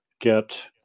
get